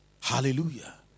Hallelujah